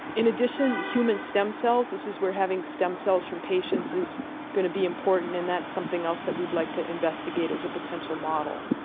in addition, human stem cells, this is where having stem cells from patients is going to be important and that's something else that would like to investigate as a potential model.